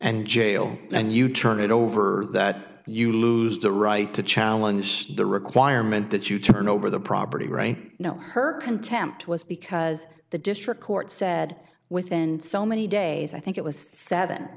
and jail and you turn it over that you lose the right to challenge the requirement that you turn over the property right now her contempt was because the district court said within so many days i think it was seven